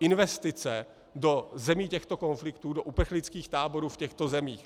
investice do zemí těchto konfliktů, do uprchlických táborů v těchto zemích.